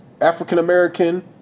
African-American